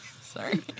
Sorry